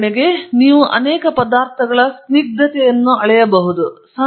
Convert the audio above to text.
ಉದಾಹರಣೆಗೆ ನೀವು ಅನೇಕ ಪದಾರ್ಥಗಳ ಸ್ನಿಗ್ಧತೆಯನ್ನು ಅಳೆಯಬಹುದು